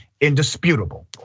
indisputable